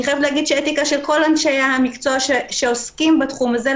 אני חייבת להגיד שאתיקה של כל אנשי המקצוע שעוסקים בתחום הזה.